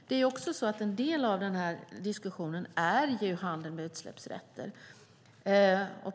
Det är också så att en del av den här diskussionen är handeln med utsläppsrätter.